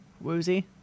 woozy